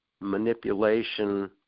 manipulation